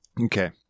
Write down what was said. Okay